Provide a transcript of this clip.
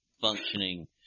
functioning